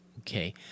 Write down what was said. Okay